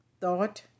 thought